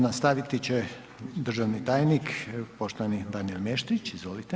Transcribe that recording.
Nastaviti će državni tajnik, poštovani Danijel Meštrić, izvolite.